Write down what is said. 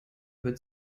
with